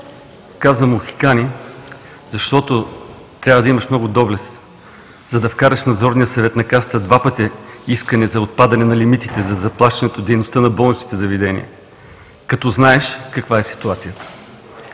Казвам „мохикани“, защото трябва да имаш много доблест, за да вкараш в Надзорния съвет на Касата два пъти искане за отпадане на лимитите за заплащане дейността на болничните заведения, като знаеш каква е ситуацията.